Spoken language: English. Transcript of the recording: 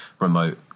remote